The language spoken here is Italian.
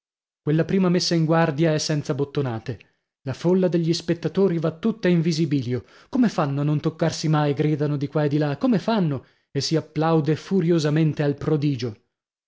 quella prima messa in guardia è senza bottonate la folla degli spettatori va tutta in visibilio come fanno a non toccarsi mai gridano di qua e di là come fanno e si applaude furiosamente al prodigio